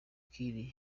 kiir